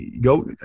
go –